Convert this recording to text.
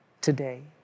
today